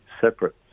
separate